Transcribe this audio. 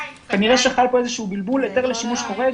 כנראה שחל פה בלבול ההיתר לשימוש חורג